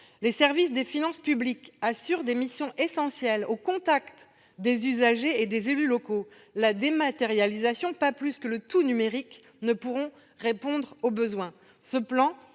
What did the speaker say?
Les services des finances publiques assurent des missions essentielles au contact des usagers et des élus locaux. La dématérialisation, pas plus que le tout numérique, ne pourra répondre aux besoins. Ce plan